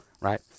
Right